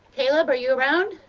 caleb are you around?